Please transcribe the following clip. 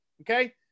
Okay